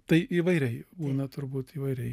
tai įvairiai būna turbūt įvairiai